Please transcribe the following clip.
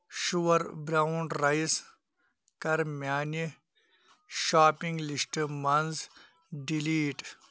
sure ڈَرٛوُنٛڈ rice کَر میٛانہِ شاپِنٛگ لِسٹہٕ منٛز ڈِلیٖٹ